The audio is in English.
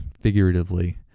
figuratively